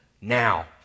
now